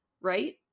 right